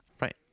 Right